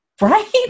right